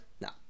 No